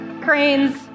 Cranes